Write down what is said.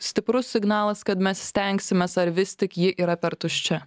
stiprus signalas kad mes stengsimės ar vis tik ji yra per tuščia